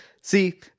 See